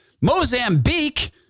Mozambique